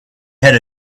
had